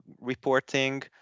reporting